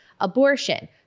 abortion